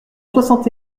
soixante